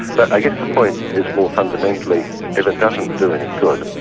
but i guess the point is more fundamentally if it doesn't do any good,